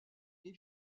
les